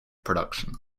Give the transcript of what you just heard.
production